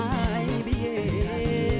i a